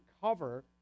cover